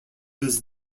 was